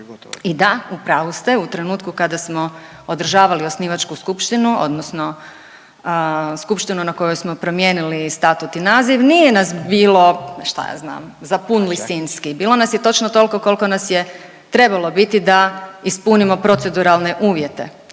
I da u pravu ste, u trenutku kada smo održavali osnivačku skupštinu odnosno skupštinu na kojoj smo promijenili statut i naziv nije nas bilo šta ja znam za pun Lisinski, bilo nas je točno toliko koliko nas je trebalo biti da ispunimo proceduralne uvjete.